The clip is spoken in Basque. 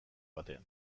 batean